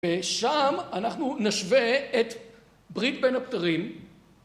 ושם אנחנו נשווה את ברית בין הפטרים.